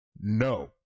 No